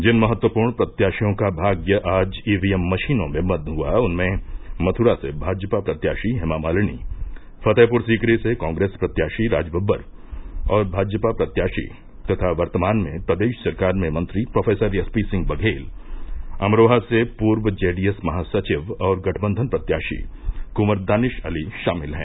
जिन महत्वपूर्ण प्रत्याशियों का भाग्य आज ईवीएम मशीनों में बन्द हुआ उनमें मथ्रा से भाजपा प्रत्याशी हेमामालिनी फतेहपुर सीकरी से कांग्रेस प्रत्याशी राज बब्बर और भाजपा प्रत्याशी तथा वर्तमान में प्रदेश सरकार में मंत्री प्रोफेसर एसपी सिंह बघेल अमरोहा से पूर्व जेडीएस महासचिव और गठबन्धन प्रत्याशी कॅवर दानिश अली शामिल हैं